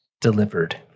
delivered